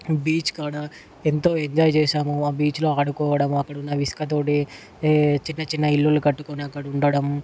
beach కాడ ఎంతో enjoy చేసాము ఆ బీచ్లో ఆడుకోవడము అక్కడ ఉన్న ఇసుకతో చిన్న చిన్న ఇల్లులు కట్టుకొని అక్కడ ఉండడం